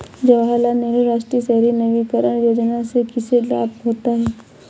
जवाहर लाल नेहरू राष्ट्रीय शहरी नवीकरण योजना से किसे लाभ होता है?